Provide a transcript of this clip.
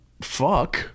Fuck